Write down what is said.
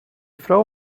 frau